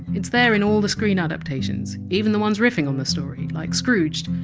it's there in all the screen adaptations even the ones riffing on the story, like scrooged,